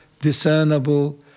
discernible